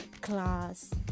class